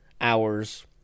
hours